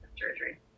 surgery